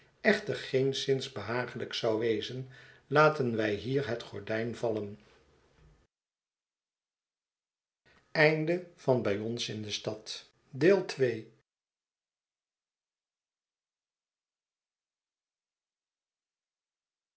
echter geenszins behaaglijk zou wezen laten wij hier het gordijn vallen iii